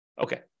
Okay